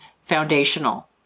foundational